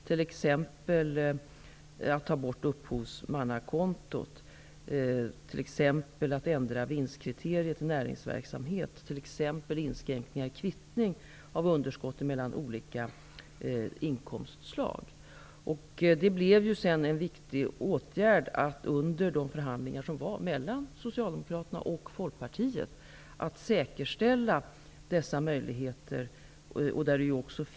Sådana exempel är att ta bort upphovsmannakontot, att ändra vinstkriteriet i näringsverksamhet och inskränkningar i kvittningen av underskotten mellan olika inkomstslag. Under förhandlingarna mellan Socialdemokraterna och Folkpartiet blev en viktig åtgärd att säkerställa dessa möjligheter.